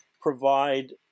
provide